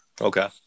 Okay